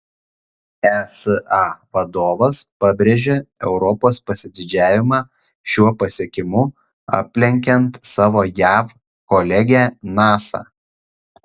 esa vadovas pabrėžė europos pasididžiavimą šiuo pasiekimu aplenkiant savo jav kolegę nasa